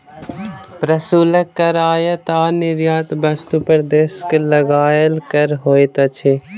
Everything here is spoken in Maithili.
प्रशुल्क कर आयात आ निर्यात वस्तु पर देश के लगायल कर होइत अछि